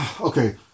okay